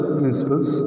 principles